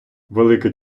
велика